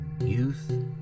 youth